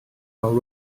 ail